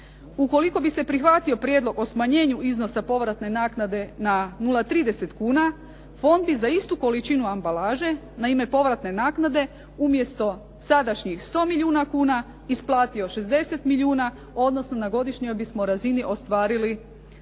Ukoliko bi se prihvatio prijedlog o smanjenju iznosa povratne naknade na 0,30 kuna fond bi za istu količinu ambalaže na ime povratne naknade umjesto sadašnjih 100 milijuna kuna isplatio 60 milijuna odnosno na godišnjoj bismo razini ostvarili